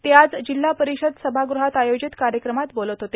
ते आज जिल्हा परिषद सभागृहात आयोजित कार्यक्रमात बोलत होते